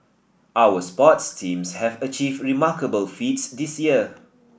our sports teams have achieved remarkable feats this year